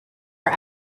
are